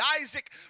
Isaac